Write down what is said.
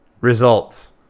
Results